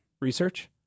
research